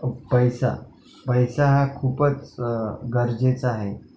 पैसा पैसा हा खूपच गरजेचा आहे